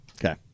Okay